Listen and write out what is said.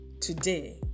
today